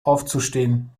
aufzustehen